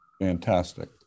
Fantastic